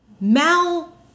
Mal